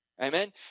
Amen